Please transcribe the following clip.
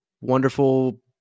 wonderful